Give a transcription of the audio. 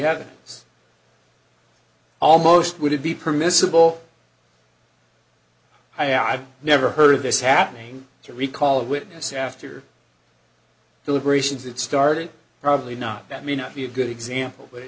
this almost would it be permissible i i've never heard of this happening to recall a witness after deliberations that started probably not that may not be a good example but it